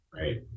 right